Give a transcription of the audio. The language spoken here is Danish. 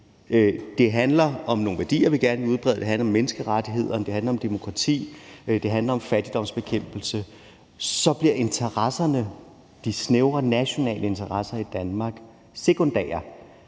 Det handler om nogle værdier, vi gerne vil udbrede, det handler om menneskerettighederne, det handler om demokrati, det handler om fattigdomsbekæmpelse. Så bliver interesserne, de snævre nationale interesser i Danmark, sekundære.